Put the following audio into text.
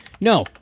No